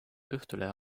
õhtulehe